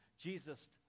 Jesus